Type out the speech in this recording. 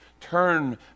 Turn